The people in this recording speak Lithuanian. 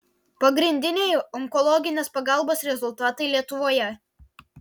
pagrindiniai onkologinės pagalbos rezultatai lietuvoje